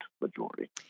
majority